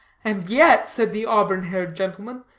and yet, said the auburn-haired gentleman,